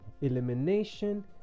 elimination